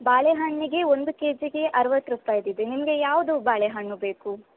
ಬಾಳೆಹಣ್ಣಿಗೆ ಒಂದು ಕೆ ಜಿಗೆ ಅರ್ವತ್ತು ರೂಪಾಯ್ದಿದೆ ನಿಮಗೆ ಯಾವುದು ಬಾಳೆಹಣ್ಣು ಬೇಕು